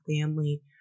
family